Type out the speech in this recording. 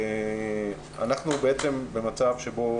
אנחנו במצב שבו